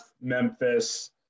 Memphis